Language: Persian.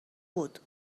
بود